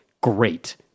Great